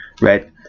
right